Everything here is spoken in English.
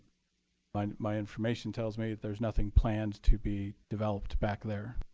my my information tells me there's nothing planned to be developed back there.